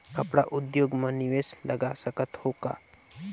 कपड़ा उद्योग म निवेश लगा सकत हो का?